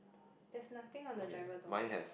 there's nothing on the driver door